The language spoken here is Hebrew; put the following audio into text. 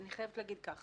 אז אני חייבת להגיד כך,